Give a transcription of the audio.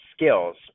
skills